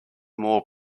more